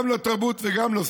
גם לתרבות וגם לספורט.